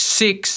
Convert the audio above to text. six